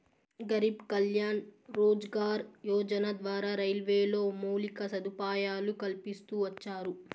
గరీబ్ కళ్యాణ్ రోజ్గార్ యోజన ద్వారా రైల్వేలో మౌలిక సదుపాయాలు కల్పిస్తూ వచ్చారు